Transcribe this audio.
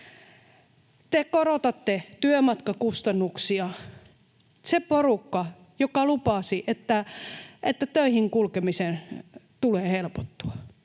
Te korotatte työmatkakustannuksia — se porukka, joka lupasi, että töihin kulkemisen tulee helpottua.